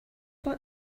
what